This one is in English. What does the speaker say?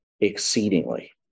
exceedingly